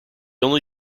only